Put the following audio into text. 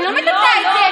אני לא מטאטאת את זה,